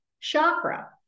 chakra